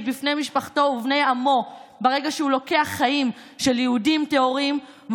בפני משפחתו ובני עמו ברגע שהוא לוקח חיים של יהודים טהורים,